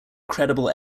credible